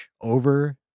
over